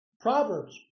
Proverbs